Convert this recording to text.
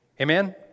Amen